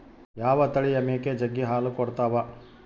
ಯಾವ ತಳಿಯ ಮೇಕೆ ಜಗ್ಗಿ ಹಾಲು ಕೊಡ್ತಾವ?